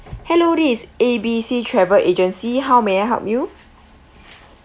hello this is A B C travel agency how may I help you